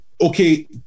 okay